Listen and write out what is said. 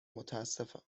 متاسفم